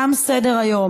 נתקבלה.